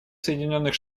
соединенных